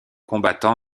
combattant